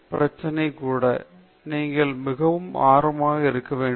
பிரச்சனை கூட நீங்கள் மிகவும் ஆர்வத்துடன் இருக்க வேண்டும்